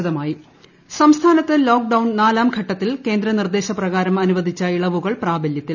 lockdown ഇളവുകൾ സംസ്ഥാനത്ത് lockdown നാലാംഘട്ടത്തിൽ കേന്ദ്ര നിർദ്ദേശ അനുവദിച്ച ഇളവുകൾ പ്രാബല്യത്തിൽ